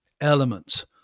element